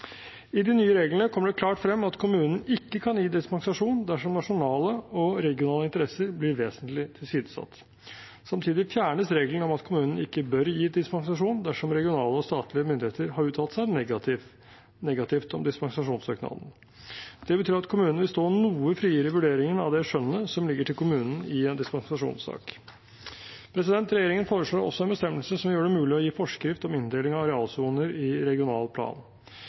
I de nye reglene kommer det klart frem at kommunen ikke kan gi dispensasjon dersom nasjonale og regionale interesser blir vesentlig tilsidesatt. Samtidig fjernes regelen om at kommunen ikke bør gi dispensasjon dersom regionale og statlige myndigheter har uttalt seg negativt om dispensasjonssøknaden. Det betyr at kommunene vil stå noe friere i vurderingen av det skjønnet som ligger til kommunen i en dispensasjonssak. Regjeringen foreslår også en bestemmelse som gjør det mulig å gi forskrift om inndeling av arealsoner i regional plan.